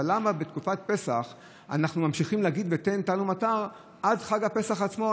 אבל למה בתקופת פסח אנחנו ממשיכים להגיד "תן טל ומטר" עד חג הפסח עצמו,